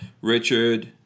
Richard